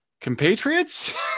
compatriots